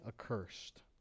accursed